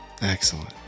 Excellent